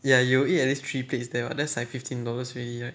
ya you will eat at least three plates there [what] that's like fifteen dollars already right